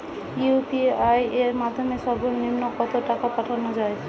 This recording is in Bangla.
ইউ.পি.আই এর মাধ্যমে সর্ব নিম্ন কত টাকা পাঠানো য়ায়?